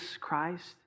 Christ